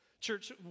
Church